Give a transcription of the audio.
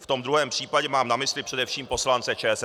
V tom druhém případě mám na mysli především poslance ČSSD.